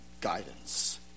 guidance